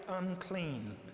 unclean